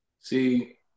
See